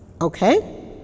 okay